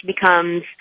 becomes